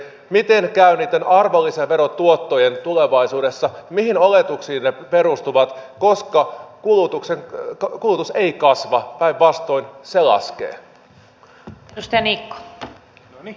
miten käy niitten arvonlisäverotuottojen tulevaisuudessa mihin oletuksiin ne perustuvat koska kulutus ei kasva päinvastoin se laskee